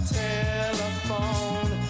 telephone